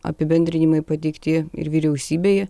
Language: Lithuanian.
apibendrinimai pateikti ir vyriausybėje